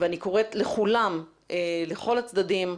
אני קוראת לכולם, לכל הצדדים,